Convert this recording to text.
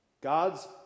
God's